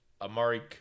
Amari